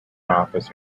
office